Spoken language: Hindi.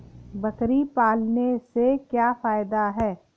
बकरी पालने से क्या फायदा है?